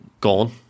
gone